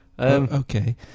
Okay